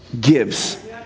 gives